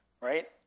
right